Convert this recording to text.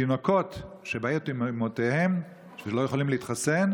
ותינוקות שבאים עם אימותיהם שלא יכולים להתחסן,